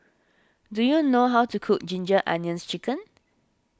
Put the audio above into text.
do you know how to cook Ginger Onions Chicken